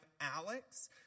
Alex